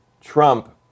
Trump